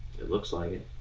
it looks like it.